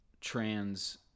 Trans